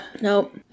Nope